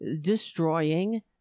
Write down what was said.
destroying